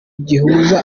gihuza